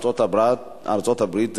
ארצות-הברית,